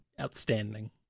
outstanding